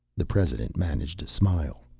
the president managed a smile.